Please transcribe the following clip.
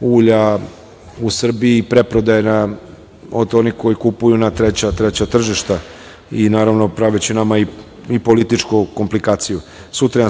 ulja u Srbiji, preprodaji od onih koji kupuju na treća tržišta i, naravno, praveći nama i političku komplikaciju. Sutra